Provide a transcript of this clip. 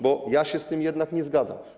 Bo ja się z tym jednak nie zgadzam.